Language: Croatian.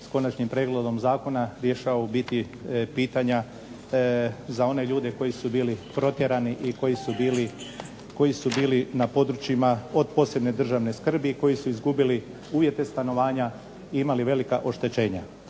s konačnim prijedlogom zakona rješava u biti pitanja za one ljude koji su bili protjerani i koji su bili na područjima od posebne državne skrbi i koji su izgubili uvjete stanovanja i imali velika oštećenja.